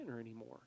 anymore